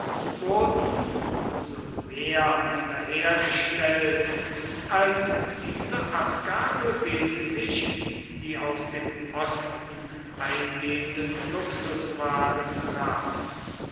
wurden um so mehr wiederhergestellt als diese abgabe wesentlich die aus dem osten eingehenden luxuswaren traf